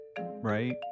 Right